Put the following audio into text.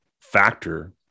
factor